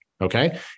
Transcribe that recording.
okay